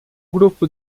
grupo